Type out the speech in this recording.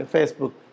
Facebook